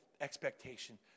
expectation